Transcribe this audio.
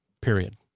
Period